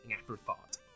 afterthought